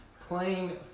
playing